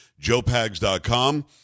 JoePags.com